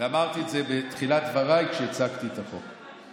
ואמרתי את זה בתחילת דבריי כשהצגתי את החוק.